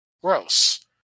Gross